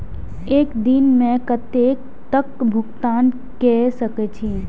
एक दिन में कतेक तक भुगतान कै सके छी